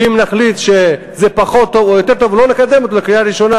ואם נחליט שזה פחות טוב או יותר טוב לא נקדם אותו לקריאה ראשונה,